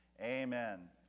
Amen